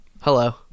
Hello